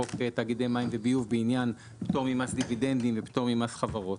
שיאפשר עדכון סכומים גם של העיצומים הכספיים בחדשים שהוספו.